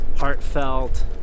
Heartfelt